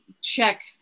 check